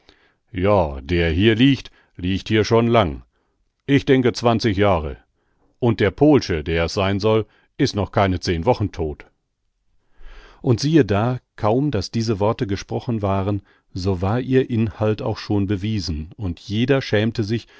ja der hier liegt liegt hier schon lang ich denke zwanzig jahre und der pohlsche der es sein soll is noch keine zehn wochen todt und siehe da kaum daß diese worte gesprochen waren so war ihr inhalt auch schon bewiesen und jeder schämte sich